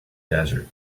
desert